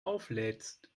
auflädst